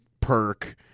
perk